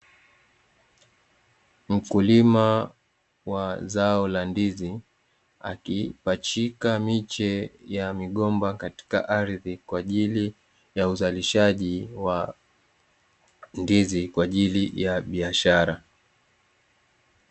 Mkulima wa zao la ndizi akipachika miche ya migomba katika ardhi, kwa ajili ya uzalishaji wa ndizi kwa ajili ya biashara.